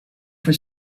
for